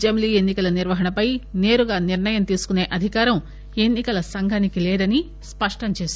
జమిలి ఎన్ని కల నిర్వహణపై సేరుగా నిర్ణయం తీసుకునే అధికారం ఎన్నికల సంఘానికి లేదని స్పష్టం చేశారు